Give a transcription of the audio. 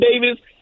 Davis